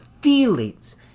feelings